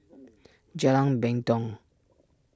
Jalan Mendong